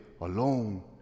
alone